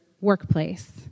workplace